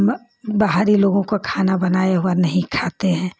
बाहरी लोगों को बनाए हुआ खाना नहीं खाते हैं